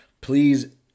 please